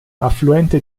affluente